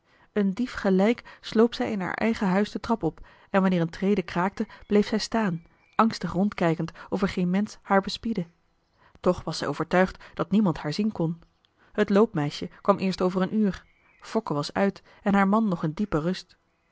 een dief gelijk sloop zij in haar eigen huis de trap op en wanneer een trede kraakte bleef zij staan angstig rondkijkend of geen mensch haar bespiedde toch was zij overtuigd dat niemand haar zien kon het loopmeisje kwam eerst over een uur fokke was uit en haar man nog in diepe rust